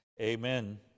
Amen